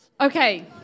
Okay